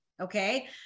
Okay